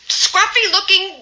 scruffy-looking